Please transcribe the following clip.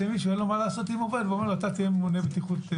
שמישהו שאין לו מה לעשות עם עובד הוא ימנה אותו כממונה בטיחות.